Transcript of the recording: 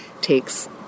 takes